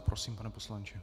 Prosím, pane poslanče.